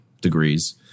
degrees